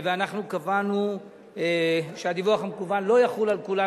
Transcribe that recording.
ואנחנו קבענו שהדיווח המקוון לא יחול על כולם,